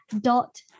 dot